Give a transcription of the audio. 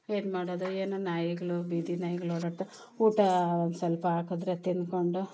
ಏನು ಮಾಡೋದು ಏನು ನಾಯಿಗಳು ಬೀದಿ ನಾಯಿಗಳು ಓಡಾಡ್ತ ಊಟ ಸ್ವಲ್ಪ ಹಾಕಿದರೆ ತಿಂದುಕೊಂಡು